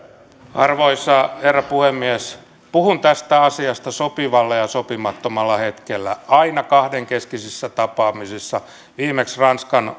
arvoisa herra puhemies puhun tästä asiasta sopivalla ja ja sopimattomalla hetkellä aina kahdenkeskisissä tapaamisissa viimeksi ranskan